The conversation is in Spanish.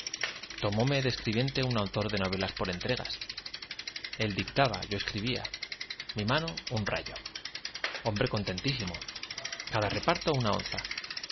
tomóme de escribiente un autor de novelas por entregas él dic taba yo escribía mi mano un rayo hombre con tentísimo cada reparto una onza